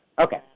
Okay